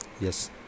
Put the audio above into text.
Yes